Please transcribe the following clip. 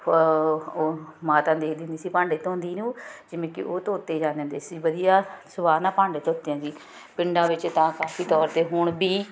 ਮਾਤਾ ਨੂੰ ਦੇਖਦੀ ਹੁੰਦੀ ਸੀ ਭਾਂਡੇ ਧੋਂਦੀ ਨੂੰ ਜਿਵੇਂ ਕਿ ਉਹ ਧੋਤੇ ਜਾਂਦੇ ਹੁੰਦੇ ਸੀ ਵਧੀਆ ਸਵਾਹ ਨਾਲ ਭਾਂਡੇ ਧੋਤੇ ਜਾਂਦੇ ਪਿੰਡਾਂ ਵਿੱਚ ਤਾਂ ਕਾਫ਼ੀ ਤੌਰ 'ਤੇ ਹੁਣ ਵੀ